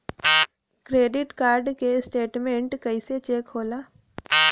Credit card के statement कइसे check होला?